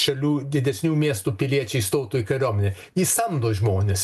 šalių didesnių miestų piliečiai stotų į kariuomenę jis samdo žmones